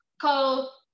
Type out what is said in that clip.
call